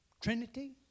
Trinity